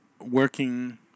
working